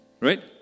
Right